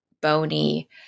bony